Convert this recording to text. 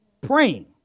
praying